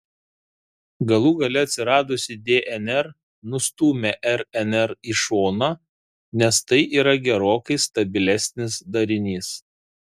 galų gale atsiradusi dnr nustūmė rnr į šoną nes tai yra gerokai stabilesnis darinys